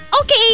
Okay